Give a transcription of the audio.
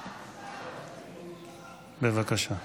בבקשה.